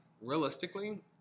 realistically